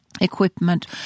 Equipment